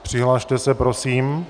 Přihlaste se prosím.